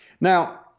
Now